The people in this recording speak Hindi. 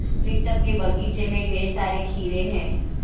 प्रीतम के बगीचे में ढेर सारे खीरे हैं